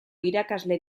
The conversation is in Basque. irakasle